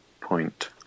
point